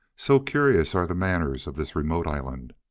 so curious are the manners of this remote island.